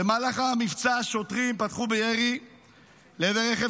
במהלך המבצע שוטרים פתחו בירי לעבר רכב